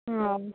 ହଁ